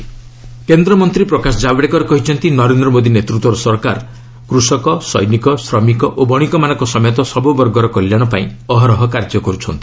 ମୋଦି ଗଭଟ୍ report card କେନ୍ଦ୍ରମନ୍ତ୍ରୀ ପ୍ରକାଶ ଜାବ୍ଡେକର କହିଛନ୍ତି ନରେନ୍ଦ୍ର ମୋଦି ନେତୃତ୍ୱର ସରକାର କୃଷକ ସୈନିକ ଶ୍ରମିକ ଓ ବଶିକମାନଙ୍କ ସମେତ ସବୁ ବର୍ଗର କଲ୍ୟାଣ ପାଇଁ ଅହରହ କାର୍ଯ୍ୟ କରୁଛନ୍ତି